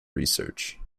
research